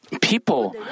people